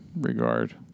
regard